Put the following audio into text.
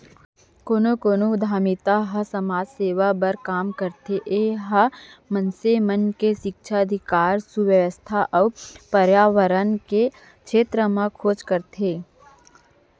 कोनो कोनो उद्यमिता ह समाज सेवा बर काम करथे ए ह मनसे के सिक्छा, अधिकार, सुवास्थ अउ परयाबरन के छेत्र म खोज करथे